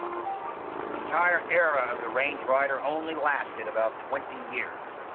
entire era of the range rider only lasted about twenty years.